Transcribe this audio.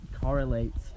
correlates